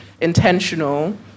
intentional